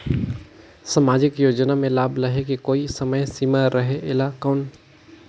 समाजिक योजना मे लाभ लहे के कोई समय सीमा रहे एला कौन?